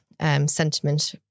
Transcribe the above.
sentiment